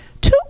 two